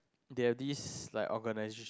they have this like organisation